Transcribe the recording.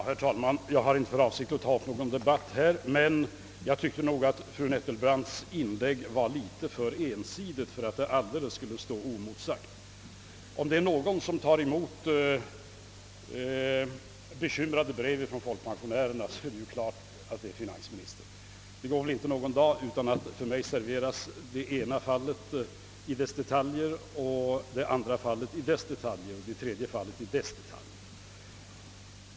Herr talman! Jag har inte för avsikt att här ta upp någon debatt, men jag tycker nog att fru Nettelbrandts inlägg var litet för ensidigt för att få stå oemotsagt. Om det är någon som tar emot bekymrade brev från folkpensionärerna är det finansministern. Det går väl inte en dag utan att det för mig serveras det ena fallet i alla dess detaljer, det andra fallet i dess detaljer och det tredje fallet i dess detaljer.